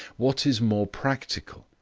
what is more practical?